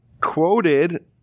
quoted